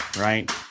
right